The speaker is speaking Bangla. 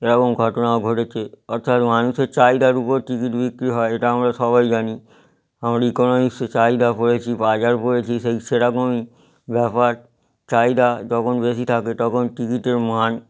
এরকম ঘটনাও ঘটেছে অর্থাৎ মানুষের চাহিদার উপর টিকিট বিক্রি হয় এটা আমরা সবাই জানি আমরা ইকনমিক্সে চাহিদা পড়েছি বাজার পড়েছি সেই সেরকমই ব্যাপার চাহিদা যখন বেশি থাকে তখন টিকিটের মান